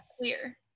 clear